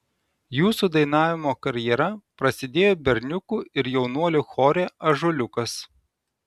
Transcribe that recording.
jūsų dainavimo karjera prasidėjo berniukų ir jaunuolių chore ąžuoliukas